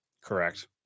correct